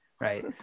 Right